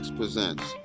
presents